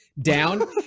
down